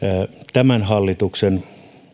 tämän hallituksen julkisen talouden